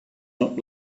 not